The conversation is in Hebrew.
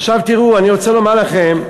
עכשיו, תראו, אני רוצה לומר לכם,